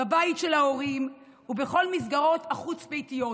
בבית של ההורים ובכל המסגרות החוץ-ביתיות.